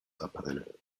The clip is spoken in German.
april